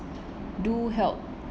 do help